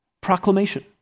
Proclamation